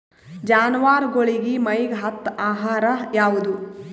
ಜಾನವಾರಗೊಳಿಗಿ ಮೈಗ್ ಹತ್ತ ಆಹಾರ ಯಾವುದು?